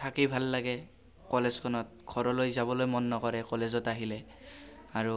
থাকি ভাল লাগে কলেজখনত ঘৰলৈ যাবলৈ মন নকৰে কলেজত আহিলে আৰু